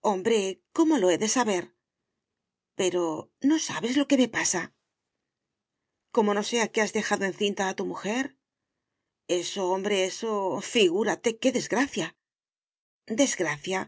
hombre cómo lo he de saber pero no sabes lo que me pasa como no sea que has dejado encinta a tu mujer eso hombre eso figúrate qué desgracia desgracia